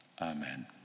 amen